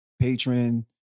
patron